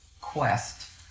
quest